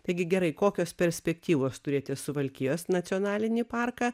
taigi gerai kokios perspektyvos turėti suvalkijos nacionalinį parką